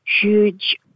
huge